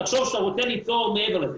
תחשוב שאתה רוצה ליצור מעבר לזה,